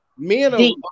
men